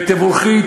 ותבורכי,